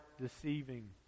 deceiving